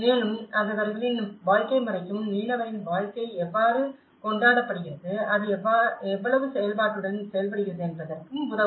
மேலும் இது அவர்களின் வாழ்க்கை முறைக்கும் மீனவரின் வாழ்க்கை எவ்வாறு கொண்டாடப்படுகிறது அது எவ்வளவு செயல்பாட்டுடன் செயல்படுகிறது என்பதற்கும் உதவும்